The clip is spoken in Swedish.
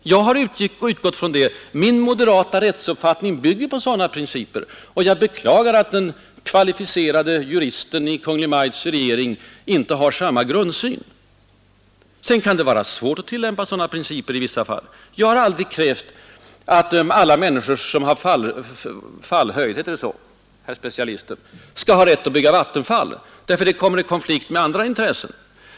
Jag har utgått från det. Min moderata rättsuppfattning bygger på sådana principer. Jag beklagar att den kvalificerade juristen i Kungl. Maj:ts regering inte har samma grundsyn. Sedan kan det vara svårt att tillämpa sådana principer i alla fall. Jag har aldrig krävt att alla människor som har fallhöjd — heter det så, herr specialisten skall ha generell rätt att bygga ut vattenfall om det kommer i konflikt med andra intressen.